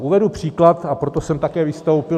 Uvedu příklad, a proto jsem také vystoupil.